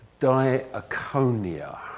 diaconia